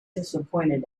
disappointed